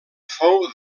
fou